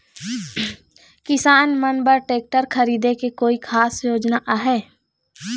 किसान मन बर ट्रैक्टर खरीदे के कोई खास योजना आहे?